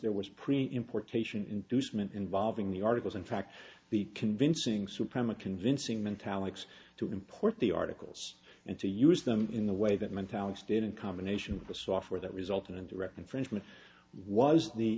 there was pretty importation inducement involving the articles in fact the convincing suprema convincing mentality to import the articles and to use them in the way that mentality did in combination with the software that resulted in direct infringement was the